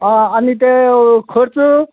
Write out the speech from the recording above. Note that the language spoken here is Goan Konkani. आं आनी ते खर्च